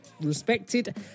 respected